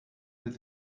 with